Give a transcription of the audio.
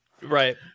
right